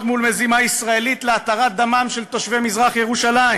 מול מזימה ישראלית להתרת דמם של תושבי מזרח-ירושלים.